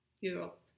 Europe